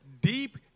deep